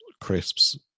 crisps